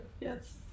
Yes